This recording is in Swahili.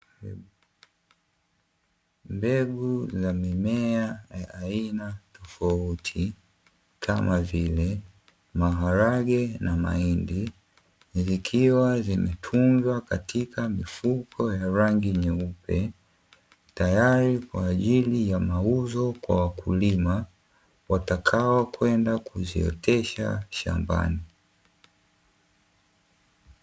Mbegu za mimea ya aina tofauti kama vile; maharage na mahindi, zikiwa zimetunzwa katika mifuko ya rangi nyeupe, tayari kwa ajili ya mauzo kwa wakulima watakaokwenda kuziotesha shambani.